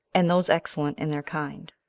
and those excellent in their kind.